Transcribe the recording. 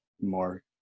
more